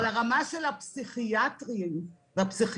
אבל הרמה של הפסיכיאטרים והפסיכיאטריות